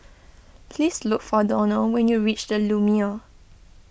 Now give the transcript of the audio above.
please look for Donald when you reach the Lumiere